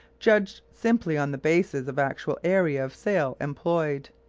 judged simply on the basis of actual area of sail employed.